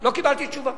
לא קיבלתי תשובה.